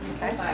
Okay